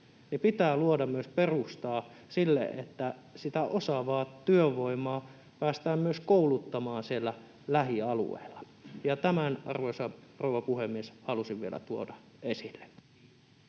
pitää luoda myös perustaa sille, että sitä osaavaa työvoimaa päästään myös kouluttamaan siellä lähialueilla. Tämän, arvoisa rouva puhemies, halusin vielä tuoda esille.